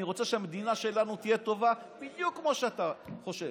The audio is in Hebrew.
אני רוצה שהמדינה שלנו תהיה טובה בדיוק כמו שאתה חושב.